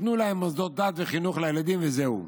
תנו להם מוסדות דת וחינוך לילדים, וזהו.